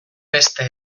beste